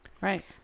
Right